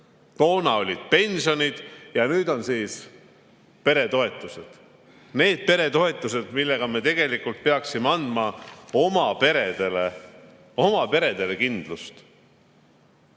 Toona olid pensionid ja nüüd on siis peretoetused, need peretoetused, millega me tegelikult peaksime andma oma peredele –